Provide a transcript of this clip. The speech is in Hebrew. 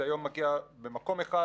זה היום מגיע ממקום אחד,